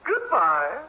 Goodbye